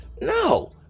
no